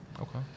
Okay